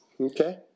Okay